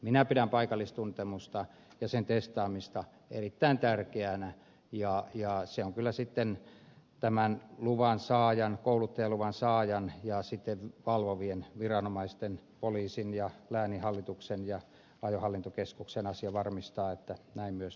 minä pidän paikallistuntemusta ja sen testaamista erittäin tärkeänä ja se on kyllä sitten tämän kouluttajaluvan saajan ja valvovien viranomaisten poliisin ja lääninhallituksen ja ajohallintokeskuksen asia varmistaa että näin myös tapahtuu